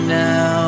now